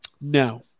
No